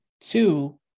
two